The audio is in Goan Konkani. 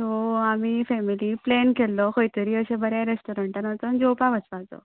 सो आमी फॅमिली प्लॅन केल्लो खंय तरी अशें बरें रॅस्टॉरंटान वचून जेवपाक वचपाचो